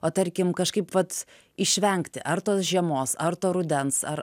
o tarkim kažkaip vat išvengti ar tos žiemos ar to rudens ar